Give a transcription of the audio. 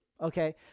okay